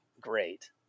great